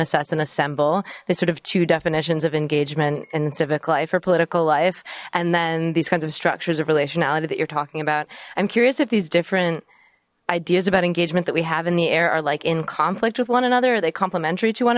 assess and assemble they sort of two definitions of engagement and civic life or political life and then these kinds of structures of relationality that you're talking about i'm curious if these different ideas about engagement that we have in the air are like in conflict with one another they complementary to one